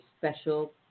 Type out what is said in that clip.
special